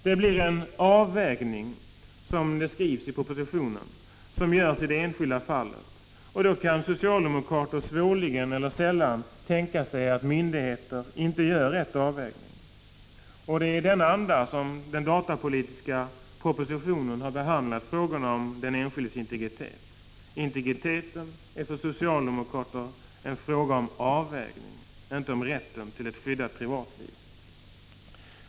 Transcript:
Det görs en avvägning, som man talar om i propositionen, i det enskilda fallet, och då kan socialdemokrater svårligen tänka sig att myndigheter inte gör rätt avvägning. Det är i den andan som den datapolitiska propositionen har behandlat frågorna om den enskildes integritet. Integriteten är för socialdemokrater en fråga om avvägning, inte om rätten till ett skyddat privatliv.